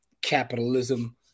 capitalism